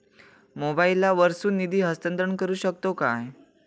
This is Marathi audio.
मोबाईला वर्सून निधी हस्तांतरण करू शकतो काय?